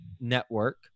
network